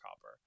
copper